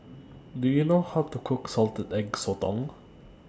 Do YOU know How to Cook Salted Egg Sotong